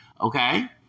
okay